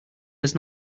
does